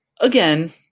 again